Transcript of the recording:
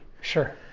Sure